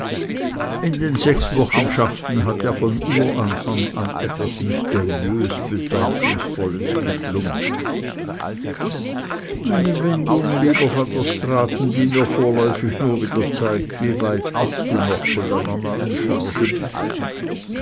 in den sechswochenschaften hat ja von uranfang an etwas mysteriös bedeutungsvolles geschlummert eine wendung lieber van der straaten die mir vorläufig nur wieder zeigt wie weitab du noch von deiner neuen charge bist